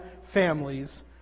families